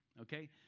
okay